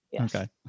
Okay